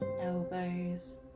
elbows